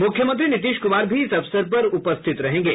मुख्यमंत्री नीतीश कुमार भी इस अवसर पर उपस्थित रहेंगे